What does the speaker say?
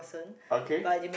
okay